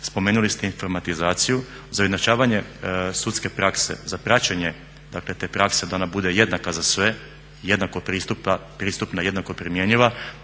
Spomenuli ste informatizaciju za ujednačavanje sudske prakse, za praćenje dakle te prakse da ona bude jednaka za sve, jednako pristupna i jednako primjenjiva